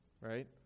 right